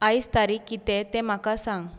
आयज तारीख कितें तें म्हाका सांग